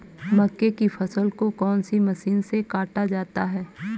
मक्के की फसल को कौन सी मशीन से काटा जाता है?